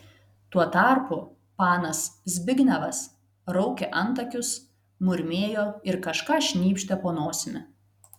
tuo tarpu panas zbignevas raukė antakius murmėjo ir kažką šnypštė po nosimi